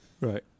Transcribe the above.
Right